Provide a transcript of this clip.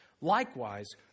Likewise